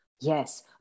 Yes